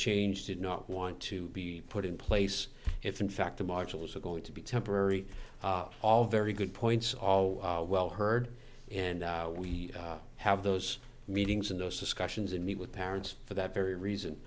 change did not want to be put in place if in fact the modules are going to be temporary all very good points all well heard and we have those meetings in those discussions and meet with parents for that very reason